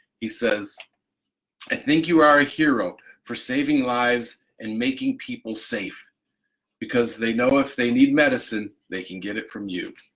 he says i think you are a hero for saving lives and making people safe because they know if they need medicine they can get it from you.